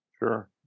Sure